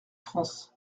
france